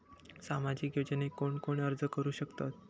सामाजिक योजनेक कोण कोण अर्ज करू शकतत?